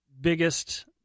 biggest